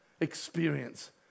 experience